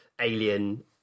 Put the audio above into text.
alien